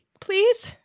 please